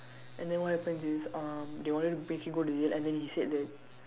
and then what happen is um they wanted to make him go to jail and then he said that